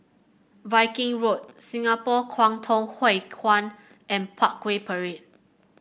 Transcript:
Viking Road Singapore Kwangtung Hui Kuan and Parkway Parade